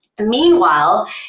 meanwhile